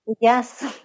Yes